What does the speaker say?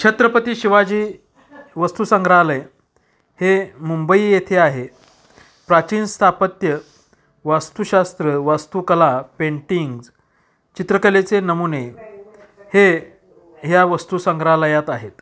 छत्रपती शिवाजी वस्तू संग्रहालय हे मुंबई येथे आहे प्राचीन स्थापत्य वास्तुशास्त्र वास्तुकला पेंटिंग्ज चित्रकलेचे नमुने हे ह्या वस्तू संग्रहालयात आहेत